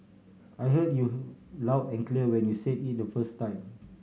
I heard you loud and clear when you said it the first time